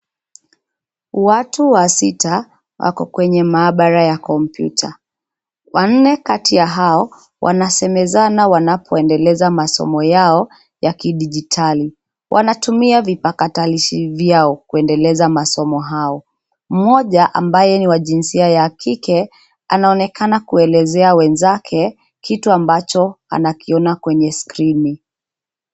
Watu wasita wako kwenye maabara ya kompyuta. Wanne kati ya hao wanasemezana wanapoendeleza masomo yao ya kidijitali. Wanatumia vipakatalishi vyao kuendelea masomo hayo. Mmoja ambaye ni wa jinsia ya kike, anaonekana kuelezea wenzake kitu ambacho anakiona kwenye skrini.